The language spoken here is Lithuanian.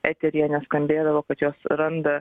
eteryje neskambėdavo kad jos randa